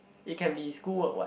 it can be school work what